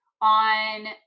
on